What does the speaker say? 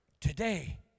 today